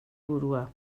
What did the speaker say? burua